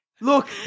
Look